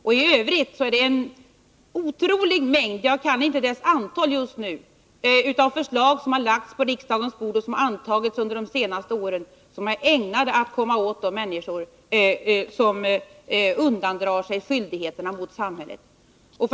Och i övrigt är det en oerhörd mängd av de förslag — jag kan inte säga antalet just nu — som harlagts på riksdagens bord och antagits under de senaste åren som är ägnade att komma åt de människor som undandrar sig skyldigheter gentemot samhället.